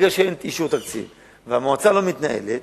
ברגע שאין אישור תקציב והמועצה לא מתנהלת,